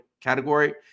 category